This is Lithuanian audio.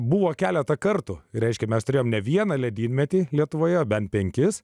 buvo keletą kartų reiškia mes turėjome ne vieną ledynmetį lietuvoje bent penkis